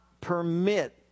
permit